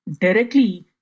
directly